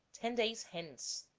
ten days hence.